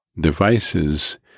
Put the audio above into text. devices